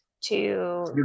to-